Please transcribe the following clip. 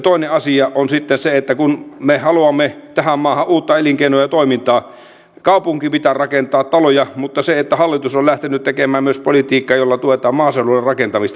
toinen asia on sitten se että kun me haluamme tähän maahan uutta elinkeinoa ja toimintaa niin kaupunkiin pitää rakentaa taloja mutta hallitus on lähtenyt tekemään myös politiikkaa jolla tuetaan maaseudulle rakentamista